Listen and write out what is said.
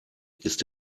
ist